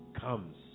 comes